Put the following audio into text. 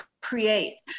create